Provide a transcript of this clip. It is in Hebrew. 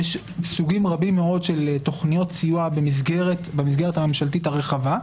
ויש סוגים רבים מאוד של תוכניות סיוע במסגרת הממשלתית הרחבה.